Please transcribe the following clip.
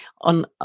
on